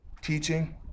teaching